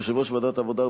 יושב-ראש ועדת העבודה,